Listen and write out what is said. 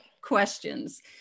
questions